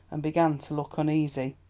and began to look uneasy.